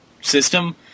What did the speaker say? system